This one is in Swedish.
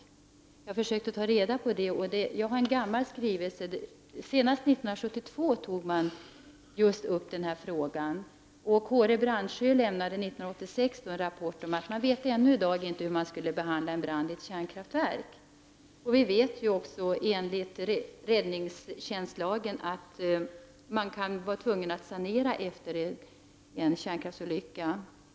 Jag har försökt ta reda på det. Jag har en gammal skrivelse. År 1972 tog man senast upp denna fråga. Kaare Brandsjö lämnade 1986 en rap port om att man ännu inte visste hur man skall behandla en brand i ett kärnkraftverk. Vi vet också att man enligt räddningstjänstlagen kan bli tvungen att sanera efter en kärnkraftsolycka.